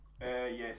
yes